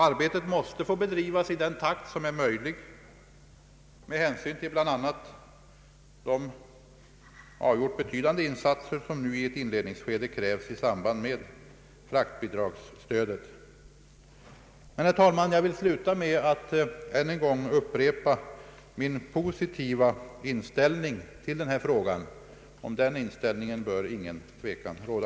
Arbetet måste få bedrivas i den takt som är möjlig med hänsyn till bl.a. de avgjort betydande insatser som nu i ett inledningsskede krävs i samband med fraktbidragsstödet. Herr talman! Jag vill sluta med att än en gång upprepa min positiva inställning till denna fråga. Om den inställningen bör inget tvivel råda.